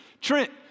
Trent